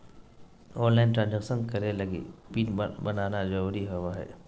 online transaction करे लगी PIN बनाना जरुरी होबो हइ